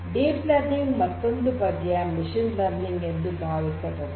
deep learning ಮತ್ತೊಂದು ಬಗೆಯ machine learning ಎಂದು ಭಾವಿಸಬಹುದು